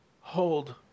hold